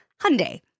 Hyundai